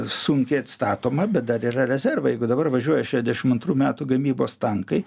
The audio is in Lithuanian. sunkiai atstatoma bet dar yra rezervai jeigu dabar važiuoja šedešim antrų metų gamybos tankai